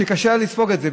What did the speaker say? שקשה לה לספוג את זה,